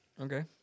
okay